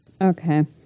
okay